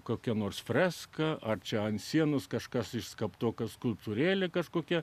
kokia nors freska ar čia ant sienos kažkas išskaptuota skulptūrėlė kažkokia